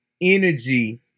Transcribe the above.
energy